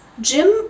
Jim